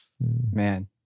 Man